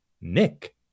Nick